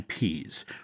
IPs